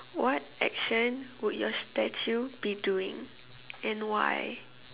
what action would your statue be doing and why